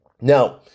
Now